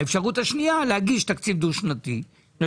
האפשרות השנייה להגיש תקציב דו שנתי בגלל